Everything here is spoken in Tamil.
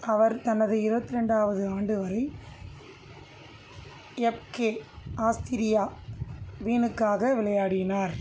அவர் தனது இருபத்தி ரெண்டாவது ஆண்டு வரை எஃப்கே ஆஸ்திரியா வீனுக்காக விளையாடினார்